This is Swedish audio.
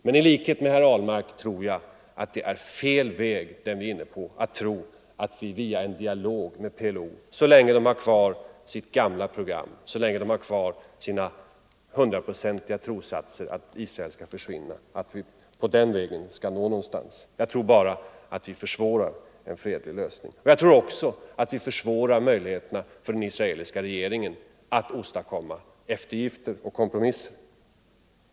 Men i likhet med herr Ahlmark tror jag att vi är inne på fel väg om vi tror att vi via en dialog med PLO skall kunna komma någon vart så länge PLO har kvar sitt gamla program, sina hundraprocentiga trossatser att Israel skall försvinna. På det sättet försvårar vi bara en fredlig lösning. Jag tror också att vi därigenom försvårar möjligheterna för den israeliska ledningen att åstadkomma eftergifter och kompromisser.